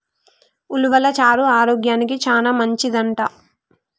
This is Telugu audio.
ఉలవలు చారు ఆరోగ్యానికి చానా మంచిదంట